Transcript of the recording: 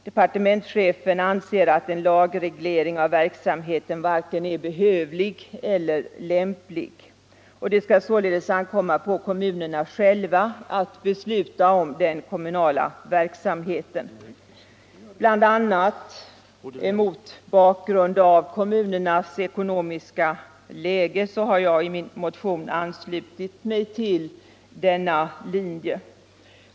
Departementschefen anser att en lagreglering av konsumentverksamheten varken är behövlig eller lämplig. Det skall således ankomma på kommunerna själva att besluta om den kommunala konsumentverksamheten. Bl. a. mot bakgrund av kommunernas nuvarande ekonomiska läge har jag i min motion anslutit mig till ”frivillig linje”.